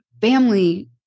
family